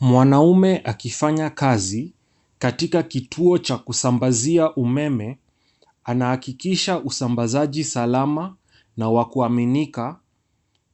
Mwanaume akifanya kazi, katika kituo cha kusambazia umeme, anahakikisha usambazaji salama na wa kuaminika